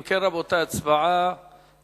אם כן, רבותי, תשובה והצבעה